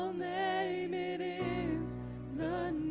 name in the